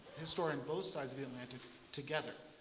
his story on both sides of the atlantic together.